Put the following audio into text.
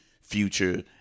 Future